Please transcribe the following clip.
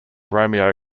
romeo